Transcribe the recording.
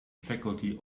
faculty